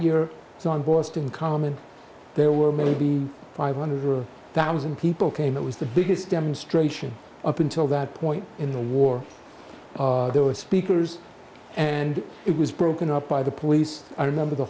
year so in boston common there were maybe five hundred or a thousand people came it was the biggest demonstration up until that point in the war there were speakers and it was broken up by the police i remember the